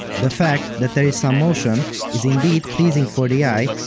the fact that there is some motion is indeed pleasing for the eye,